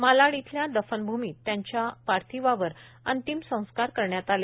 मालाड इथल्या दफनभूमीत त्यांच्या पार्थिवावर अंतिम संस्कार करण्यात आले